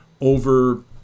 over